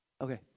Okay